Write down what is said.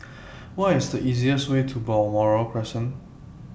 What IS The easiest Way to Balmoral Crescent